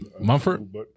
Mumford